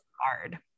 hard